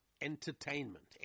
entertainment